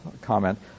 comment